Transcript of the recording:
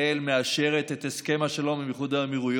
ישראל מאשרת את הסכם השלום עם איחוד האמירויות.